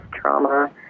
trauma